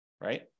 right